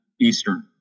Eastern